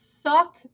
Suck